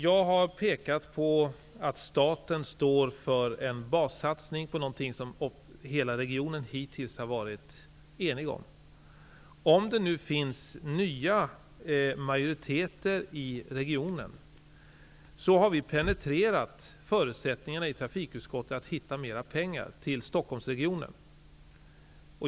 Jag har pekat på att staten står för en bassatsning på någonting som hela regionen hittills har varit enig om. Nu kanske det finns nya majoriteter i regionen. Men vi har penetrerat förutsättningarna i trafikutskottet för att hitta mer pengar till Stockholmsregionen.